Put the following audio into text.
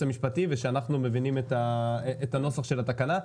המשפטי ושאנחנו מבינים את הנוסח של התקנה.